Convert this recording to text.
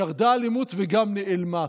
ירדה האלימות וגם נעלמה.